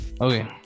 okay